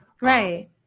Right